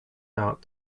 out